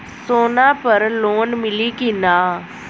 सोना पर लोन मिली की ना?